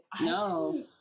No